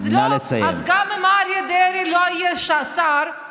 אז גם אם אריה דרעי לא יהיה שר,